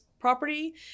property